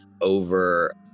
over